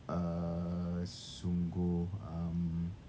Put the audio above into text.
uh sungguh um